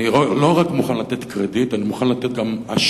אני לא רק מוכן לתת קרדיט, אני מוכן גם לתת אשראי,